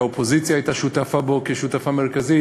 שהאופוזיציה הייתה שותפה בו כשותפה מרכזית.